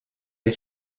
des